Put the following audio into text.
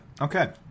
Okay